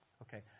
Okay